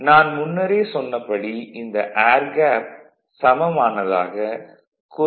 நான் முன்னரே சொன்னபடி இந்த ஏர் கேப் சமமானதாக குறைந்தது 0